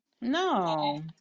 No